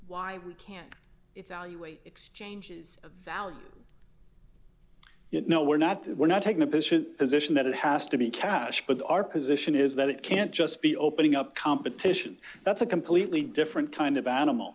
why we can't evaluate exchanges of value you know we're not that we're not taking a big position that it has to be cash but our position is that it can't just be opening up competition that's a completely different kind of animal